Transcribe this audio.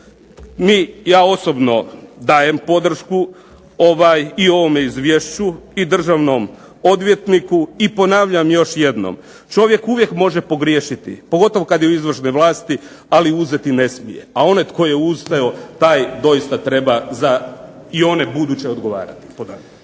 mi, ja osobno dajem podršku i ovome izvješću i državnom odvjetniku i ponavljam još jednom čovjek uvijek može pogriješiti, pogotovo kad je u izvršnoj vlasti, ali uzeti ne smije, a onaj tko je uzeo taj doista treba za i one buduće odgovarati.